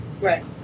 right